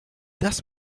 das